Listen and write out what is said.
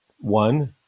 One